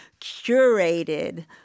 curated –